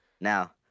Now